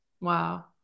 Wow